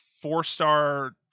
four-star